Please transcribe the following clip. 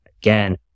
Again